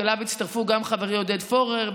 שאליו הצטרפו גם חברי עודד פורר,